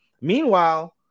Meanwhile